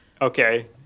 Okay